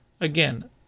Again